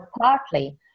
partly